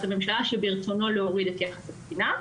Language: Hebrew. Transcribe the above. הממשלה שברצונו להוריד את יחס התקינה.